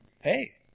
Hey